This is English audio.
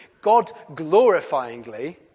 God-glorifyingly